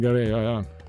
gerai jo jo